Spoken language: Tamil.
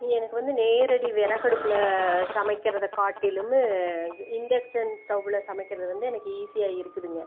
எனக்கு வந்து நேரடி விறகடுப்புல சமைக்கிறதை காட்டிலும் இன்டெக்ஷன் ஸ்டவ்வில் சமைக்கிறது வந்து எனக்கு ஈஸியாக இருக்குதுங்க